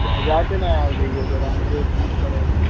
क्या जाकर ना आ जाइए ज़रा मुझे दूर पड़ेगा ज़्यादा